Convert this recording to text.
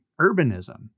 urbanism